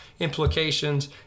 implications